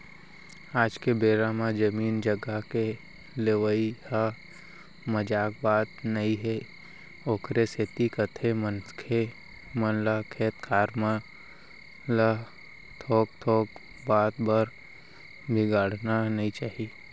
आज के बेरा म जमीन जघा के लेवई ह मजाक बात नई हे ओखरे सेती कथें मनखे मन ल खेत खार मन ल थोक थोक बात बर बिगाड़ना नइ चाही